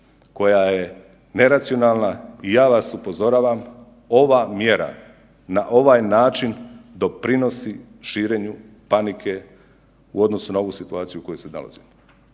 koja je neracionalna i ja vas upozoravam ova mjera na ovaj način doprinosi širenju panike u odnosu na ovu situaciju u kojoj se nalazimo.